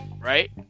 right